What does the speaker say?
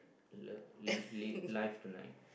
love shack live tonight